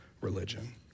religion